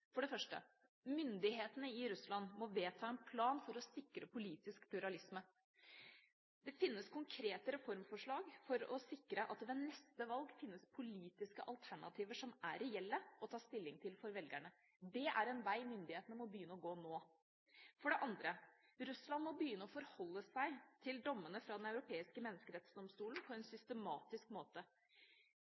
For det første: Myndighetene i Russland må vedta en plan for å sikre politisk pluralisme. Det finnes konkrete reformforslag for å sikre at det ved neste valg finnes politiske alternativer som er reelle å ta stilling til for velgerne. Det er en vei myndighetene må begynne å gå nå. For det andre: Russland må begynne å forholde seg til dommene fra Den europeiske menneskerettsdomstol på en systematisk måte.